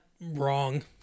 wrong